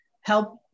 help